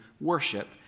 worship